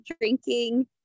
drinking